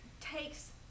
takes